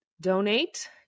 donate